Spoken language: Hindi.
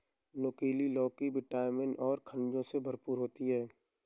नुकीला लौकी विटामिन और खनिजों से भरपूर होती है